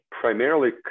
primarily